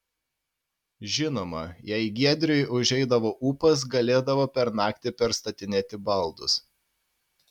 žinoma jei giedriui užeidavo ūpas galėdavo per naktį perstatinėti baldus